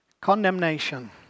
condemnation